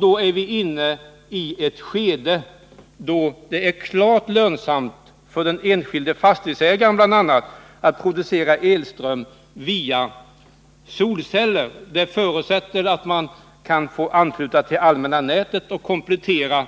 Då är vi inne i ett skede då det är klart lönsamt för bl.a. den enskilde fastighetsägaren att producera elström via solceller; en förutsättning är att man kan få ansluta till det allmänna nätet och komplettera